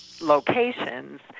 locations